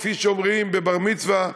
כפי שאומרים בבר-המצווה,